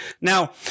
Now